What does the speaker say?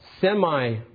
semi